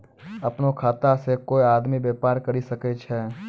अपनो खाता से कोय आदमी बेपार करि सकै छै